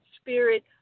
spirit